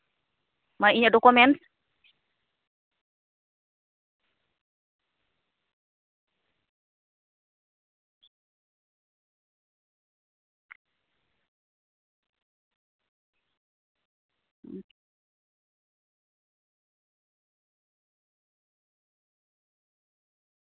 ᱤᱧᱟᱹᱜ ᱰᱚᱠᱚᱢᱮᱱᱥ